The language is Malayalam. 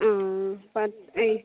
ആ പത്ത്